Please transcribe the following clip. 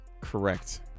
Correct